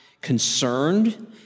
concerned